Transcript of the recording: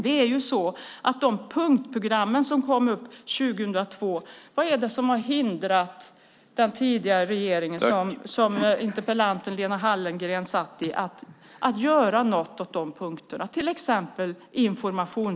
Vad var det som hindrade den tidigare regeringen att genomföra punkterna i det program som kom 2002 - Lena Hallengren var med i detta arbete - till exempel det som handlar om information?